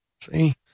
See